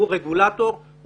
הוא רגולטור.